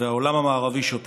והעולם המערבי שותק.